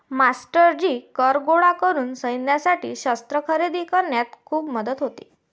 मास्टरजी कर गोळा करून सैन्यासाठी शस्त्रे खरेदी करण्यात खूप मदत होते